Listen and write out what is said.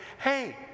hey